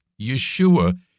Yeshua